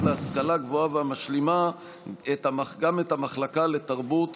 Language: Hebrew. להשכלה גבוהה והמשלימה גם את המחלקה לתרבות